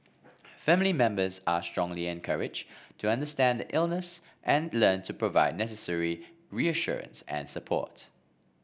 family members are strongly encouraged to understand the illness and learn to provide necessary reassurance and support